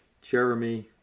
Jeremy